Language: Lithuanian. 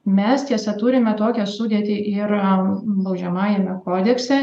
mes tiesa turime tokią sudėtį ir baudžiamajame kodekse